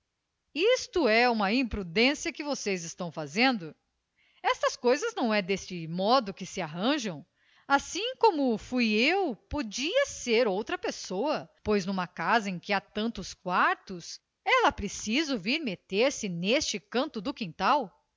isso é uma imprudência o que vocês estão fazendo estas coisas não é deste modo que se arranjam assim como fui eu podia ser outra pessoa pois numa casa em que há tantos quartos é lá preciso vir meterem se neste canto do quintal